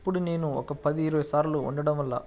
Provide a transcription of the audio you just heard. ఇప్పుడు నేను ఒక పది ఇరవై సార్లు వండడం వల్ల